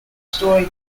story